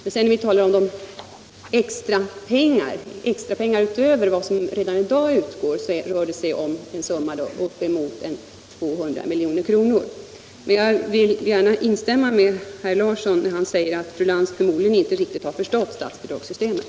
Vad sedan gäller de extra pengar som vi föreslår skall utgå utöver vad som nu anslås uppgår dessa till uppemot 200 milj.kr. Men jag vill gärna instämma med herr Larsson när han säger att fru Lantz förmodligen inte riktigt har förstått uppbyggnaden av statsbidragssystemet.